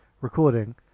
recording